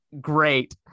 great